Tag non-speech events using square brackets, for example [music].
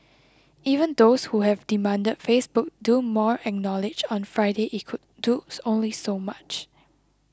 even those who have demanded Facebook do more acknowledged on Friday it could do [unintelligible] only so much